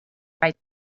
write